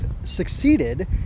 succeeded